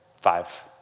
five